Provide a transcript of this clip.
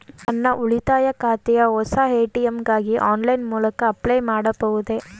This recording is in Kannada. ನನ್ನ ಉಳಿತಾಯ ಖಾತೆಯ ಹೊಸ ಎ.ಟಿ.ಎಂ ಗಾಗಿ ಆನ್ಲೈನ್ ಮೂಲಕ ಅಪ್ಲೈ ಮಾಡಬಹುದೇ?